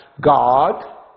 God